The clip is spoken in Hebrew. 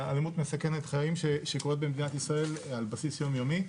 אלימות מסכנת חיים שקורית במדינת ישראל על בסיס יום-יומי.